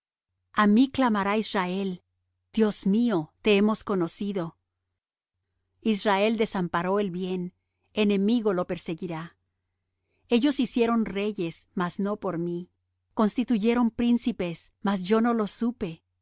a mí clamará israel dios mío te hemos conocido israel desamparó el bien enemigo lo perseguirá ellos hicieron reyes mas no por mí constituyeron príncipes mas yo no lo supe